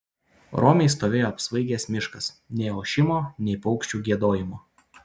romiai stovėjo apsvaigęs miškas nė ošimo nė paukščių giedojimo